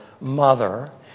mother